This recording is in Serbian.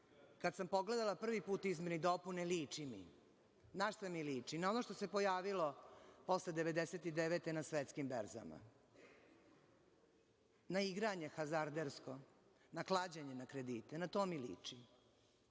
kada sam pogledala prvi put izmene i dopune liči mi. Na šta mi liči? Liči mi na ono što se pojavilo posle 1999. godine na svetskim berzama, na igranje hazardersko, na klađenje na kredite, na to mi liči. Onda